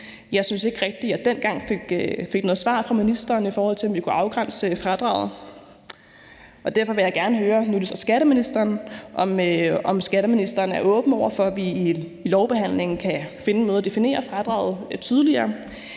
Jeg synes ikke rigtig, at jeg dengang fik noget svar fra ministeren på, om vi kunne afgrænse fradraget. Derfor vil jeg gerne høre skatteministeren, om skatteministeren er åben over for, at vi i lovbehandlingen kan finde en måde at definere fradraget tydeligere